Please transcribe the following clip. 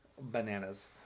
Bananas